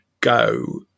go